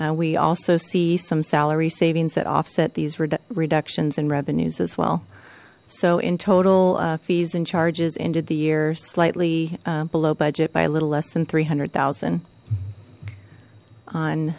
we also see some salary savings that offset these reductions in revenues as well so in total fees and charges ended the year slightly below budget by a little less than three hundred thousand